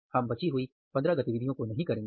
हम बची हुई 15 गतिविधियों को नहीं करेंगे